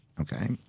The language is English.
Okay